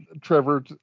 trevor